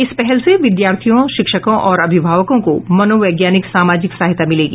इस पहल से विद्यार्थियों शिक्षकों और अभिभावकों को मनोवैज्ञानिक सामाजिक सहायता मिलेगी